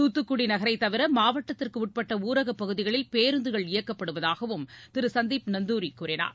தூத்துக்குடி நகரை தவிர மாவட்டத்திற்குட்பட்ட ஊரக பகுதிகளில் பேருந்துகள் இயக்கப்படுவதாகவும் திரு சந்தீப் நந்துாரி கூறினார்